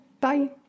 Bye